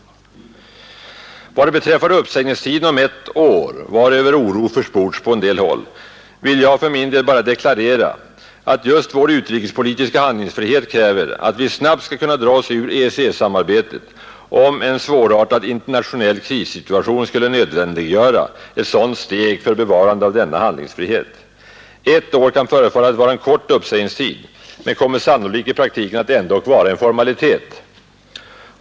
2 december 1971 Vad beträffar uppsägningstiden ett år, varöver oro försports på en del ———— håll, vill jag för min del bara deklarera, att just vår utrikespolitiska = A”8 förhandlingarhandlingsfrihet kräver att vi snabbt skall kunna dra oss ur EEC-samarbe "4 mellan Sverige tet, om en svårartad internationell krissituation skulle nödvändiggöra ett och EEC sådant steg för bevarande av denna handlingsfrihet. Ett år kan förefalla att vara en kort uppsägningstid, men den kommer sannolikt i praktiken att ändock vara en formalitet.